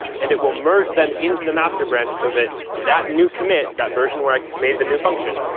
and it will merge them into the master branch so that that new commit, that version where i made the new function,